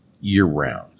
year-round